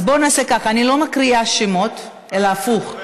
אז בואו נעשה ככה: אני לא מקריאה שמות אלא הפוך,